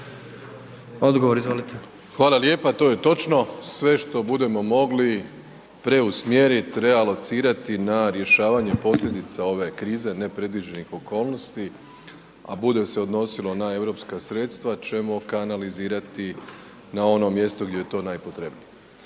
Andrej (HDZ)** Hvala lijepa. To je točno, sve što bude mogli preusmjeri, realocirati na rješavanje posljedica ove krize, nepredviđenih okolnosti a bude se odnosilo na europska sredstva ćemo kanalizirati na ono mjesto gdje je to najpotrebnije